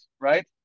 right